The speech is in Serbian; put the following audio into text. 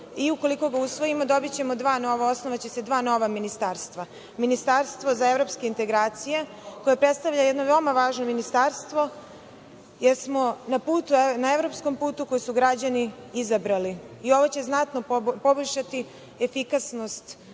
i, ukoliko ga usvojimo, dobićemo dva nova, tj. osnovaće se dva nova ministarstva. Prvo je ministarstvo za evropske integracije koje predstavlja jedno veoma važno ministarstvo jer smo na evropskom putu koji su građani izabrali i ono će znatno poboljšati efikasnost